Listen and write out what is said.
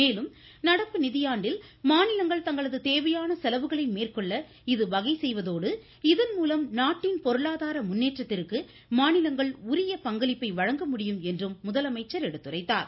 மேலும் நடப்பு நிதியாண்டில் மாநிலங்கள் தங்களது தேவையான செலவுகளை மேற்கொள்ள இது வகை செய்வதோடு இதன்மூலம் நாட்டின் பொருளாதார முன்னேற்றத்திற்கு மாநிலங்கள் உரிய பங்களிப்பை அளிக்க முடியும் என்றும் அவர் எடுத்துரைத்தார்